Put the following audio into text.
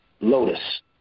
Lotus